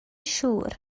siŵr